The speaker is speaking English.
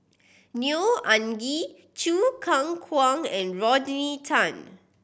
Neo Anngee Choo Keng Kwang and Rodney Tan